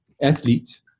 athlete